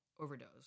Overdose